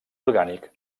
orgànic